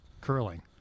curling